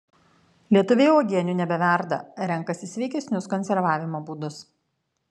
lietuviai uogienių nebeverda renkasi sveikesnius konservavimo būdus